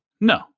No